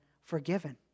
forgiven